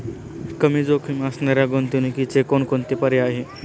कमी जोखीम असणाऱ्या गुंतवणुकीचे कोणकोणते पर्याय आहे?